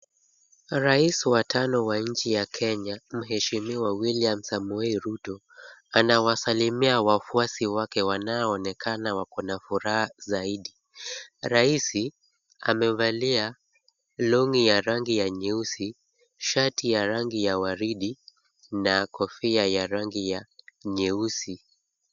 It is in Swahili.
Rais wa tano wa nchi ya Kenya, mheshimiwa William Samoei Ruto, anawasalimia wafuasi wake wanaoonekana wako na furaha zaidi. Rais amevalia long'i ya rangi ya nyeusi, shati ya rangi ya waridi na kofia ya rangi ya nyeusi.